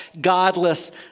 godless